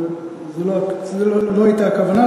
אבל זו לא הייתה הכוונה,